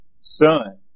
Son